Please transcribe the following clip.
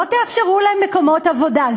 לא תאפשרו להם מקומות עבודה,